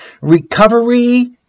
recovery